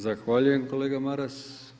Zahvaljujem kolega Maras.